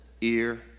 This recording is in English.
ear